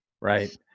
Right